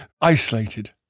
isolated